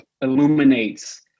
illuminates